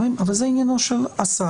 --- חברים, אבל זה עניינו של השר.